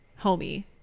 homie